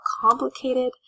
complicated